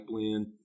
blend